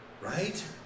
Right